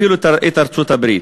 אפילו לא את ארצות-הברית,